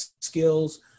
skills